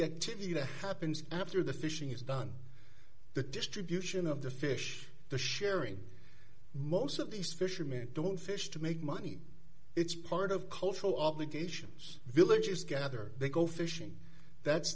activity that happens after the fishing is done the distribution of the fish the sharing most of these fishermen don't fish to make money it's part of cultural obligations villagers gather they go fishing that's